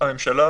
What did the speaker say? הממשלה